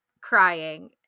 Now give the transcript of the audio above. crying